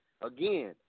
Again